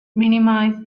minimize